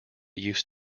used